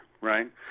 right